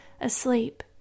asleep